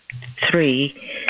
three